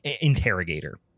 interrogator